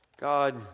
God